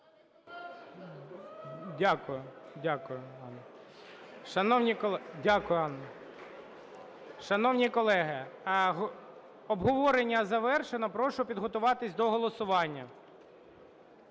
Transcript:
Дякую, Анно. Шановні колеги, обговорення завершено. Прошу підготуватись до голосування.